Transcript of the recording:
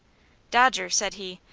dodger, said he,